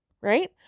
right